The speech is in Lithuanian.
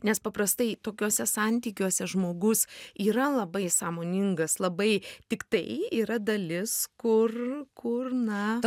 nes paprastai tokiuose santykiuose žmogus yra labai sąmoningas labai tiktai yra dalis kur kur na